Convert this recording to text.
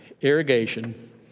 Irrigation